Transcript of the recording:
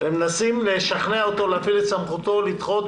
ומנסות לשכנע אותו להפעיל את סמכותו לדחות